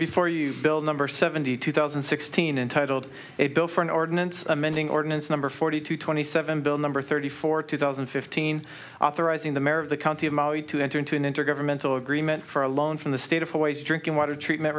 before you bill number seventy two thousand and sixteen entitled a bill for an ordinance amending ordinance number forty two twenty seven bill number thirty four two thousand and fifteen authorizing the mayor of the county of maui to enter into an intergovernmental agreement for a loan from the state of hawaii's drinking water treatment